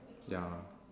ya